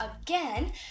again